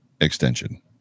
extension